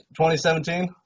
2017